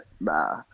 nah